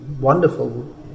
wonderful